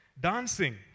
Dancing